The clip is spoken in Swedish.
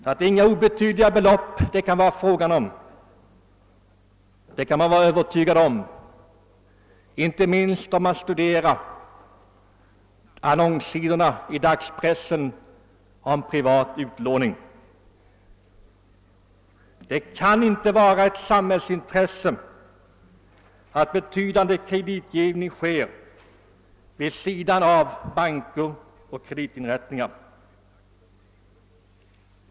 Att det inte är obetydliga belopp det gäller kan man vara övertygad om. Inte minst framgår detta av annonssidorna i dagspressen om privat utlåning. Det kan inte vara ett samhällsintresse att en betydande kreditgivning sker vid sidan av banker och kreditinrättningar.